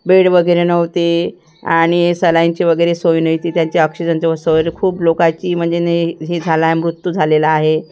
bed वगैरे नव्हते आणि सलाईंची वगैरे सोय नव्हती त्यांचे ऑक्सिजनच्या सोय खूप लोकाची म्हणजे ने हे झाला आहे मृत्यू झालेला आहे